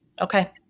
Okay